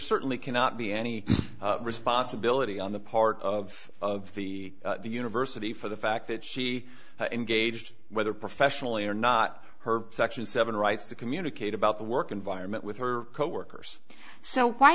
certainly cannot be any responsibility on the part of the university for the fact that she engaged whether professionally or not her section seven writes to communicate about the work environment with her coworkers so why